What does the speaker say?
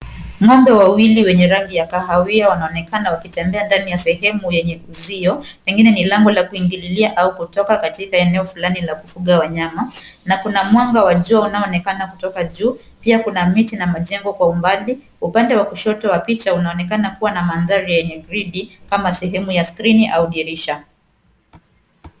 Ng'ambe wa wili wenye rangi ya kahawia wanaonekana wakitembea ndani ya sehemu yenye uzio. Pengine ni lango la kuingilia au kutoka katika eneo fulani la kufunga wanyama. Na kuna mwanga wa jua unaoonekana kutoka juu, pia kuna miti na majembo kwa umbali upande wa kushoto wa picha unaonekana kuwa na mandhari yenye gridi kama sehemu ya skrini au dirisha.